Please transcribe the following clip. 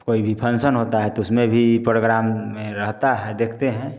कोई भी फंसन होता है तो उसमें भी परोग्राम में रहता है देखते हैं